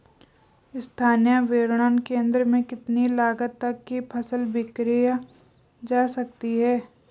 स्थानीय विपणन केंद्र में कितनी लागत तक कि फसल विक्रय जा सकती है?